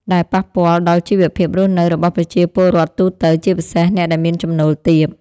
ដែលប៉ះពាល់ដល់ជីវភាពរស់នៅរបស់ប្រជាពលរដ្ឋទូទៅ ជាពិសេសអ្នកដែលមានចំណូលទាប។